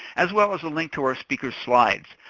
as well as a link to our speaker's slides.